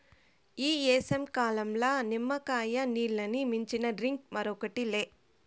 ఈ ఏసంకాలంల నిమ్మకాయ నీల్లని మించిన డ్రింక్ మరోటి లే